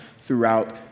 throughout